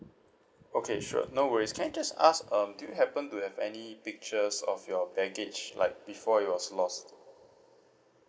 okay sure no worries can I just ask um do you happen to have any pictures of your baggage like before it was lost